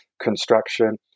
construction